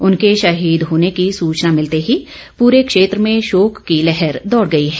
उनके शहीद होने कौ सूचना मिलते ही पूरे क्षेत्र में शोक की लहर दौड़ गई है